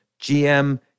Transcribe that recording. GM